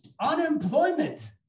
unemployment